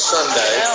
Sunday